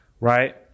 right